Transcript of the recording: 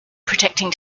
protecting